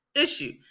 issue